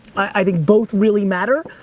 i think both really matter.